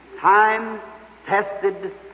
Time-tested